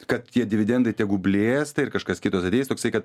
kad tie dividendai tegu blėsta ir kažkas kitas ateis toksai kad